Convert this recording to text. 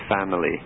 family